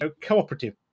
cooperative